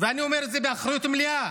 אני אומר את זה באחריות מלאה: